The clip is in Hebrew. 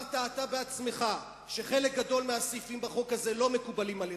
אתה עצמך אמרת שחלק גדול מהסעיפים בחוק הזה לא מקובלים עליך.